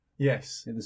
Yes